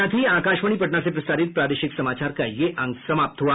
इसके साथ ही आकाशवाणी पटना से प्रसारित प्रादेशिक समाचार का ये अंक समाप्त हुआ